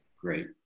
Great